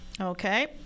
Okay